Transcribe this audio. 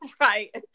Right